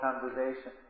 conversation